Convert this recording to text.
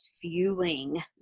fueling